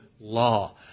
law